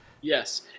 Yes